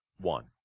one